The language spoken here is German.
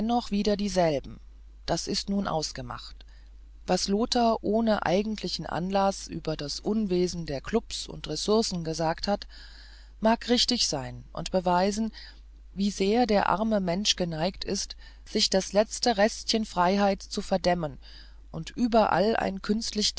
doch wieder dieselben das ist nun ausgemacht was lothar ohne eigentlichen anlaß über das unwesen der klubs und ressourcen gesagt hat mag richtig sein und beweisen wie sehr der arme mensch geneigt ist sich das letzte restchen freiheit zu verdämmen und überall ein künstlich